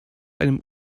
einem